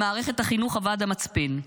למערכת החינוך אבד המצפן.